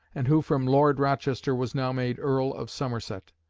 and who from lord rochester was now made earl of somerset.